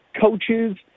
coaches